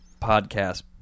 podcast